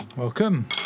Welcome